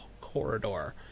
corridor